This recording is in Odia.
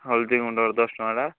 ହଳଦୀ ଗୁଣ୍ଡ ଦଶ ଟଙ୍କାଟା